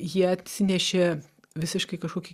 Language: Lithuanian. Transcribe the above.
jie atsinešė visiškai kažkokį